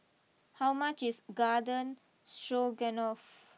how much is Garden Stroganoff